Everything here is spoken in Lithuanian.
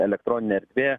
elektroninė erdvė